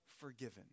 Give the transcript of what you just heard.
forgiven